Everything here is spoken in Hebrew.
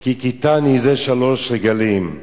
כי הכיתני זה שלוש רגלים?